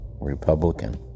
Republican